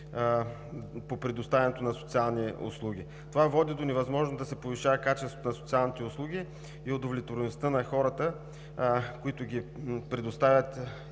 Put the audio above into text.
по предоставянето на социални услуги. Това води до невъзможност да се повишава качеството на социалните услуги и удовлетвореността на хората, които ги предоставят